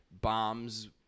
bombs